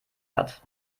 hat